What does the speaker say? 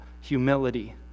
humility